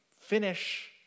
finish